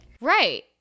right